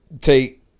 Take